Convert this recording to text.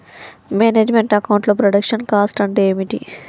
Manage meant account లో production cost అంటే ఏమిటి?